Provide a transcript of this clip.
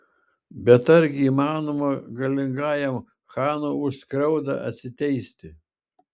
bet argi įmanoma galingajam chanui už skriaudą atsiteisti